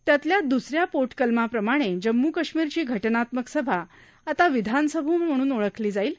त्यातल्या द्सऱ्या पोटकलमाप्रमाणे जम्मू कश्मीरची घटनात्मक सभा आता विधानसभा म्हणून ओळखली जाईल